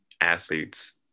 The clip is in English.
athletes